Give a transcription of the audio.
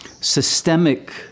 systemic